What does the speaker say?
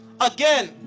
again